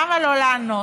למה לא לענות?